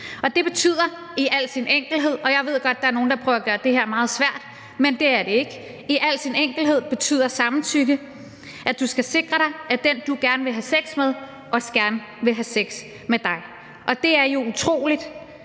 er en formodning imod samtykke. Jeg ved godt, der er nogen, der prøver at gøre det her meget svært, men det er det ikke. I al sin enkelthed betyder samtykke, at du skal sikre dig, at den, du gerne vil have sex med, også gerne vil have sex med dig. Det er jo utroligt,